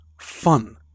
fun